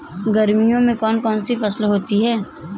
गर्मियों में कौन कौन सी फसल होती है?